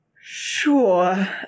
sure